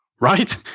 right